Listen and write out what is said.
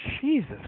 Jesus